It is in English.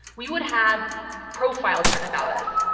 we would have profiles written about us.